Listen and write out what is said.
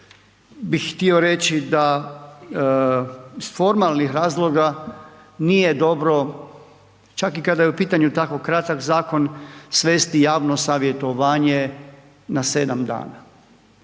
bih htio reći da iz formalnih razloga nije dobro, čak i kad je pitanju tako kratak zakon, svesti javno savjetovanje na 7 dana.